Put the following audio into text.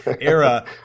era